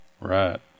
Right